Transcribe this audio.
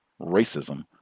racism